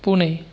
Pune